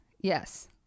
yes